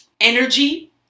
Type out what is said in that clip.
energy